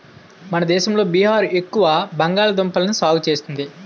మన దేశంలో బీహార్ ఎక్కువ బంగాళదుంపల్ని సాగు చేస్తుంది